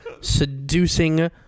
seducing